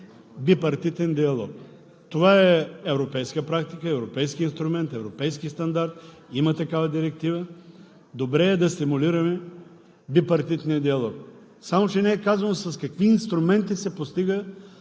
бипартитен диалог. Това е европейска практика, европейски инструмент, европейски стандарт – има такава Директива. Добре е да стимулираме бипартитния диалог, само че не е казано с какви инструменти се постига